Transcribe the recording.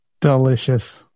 Delicious